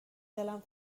دلم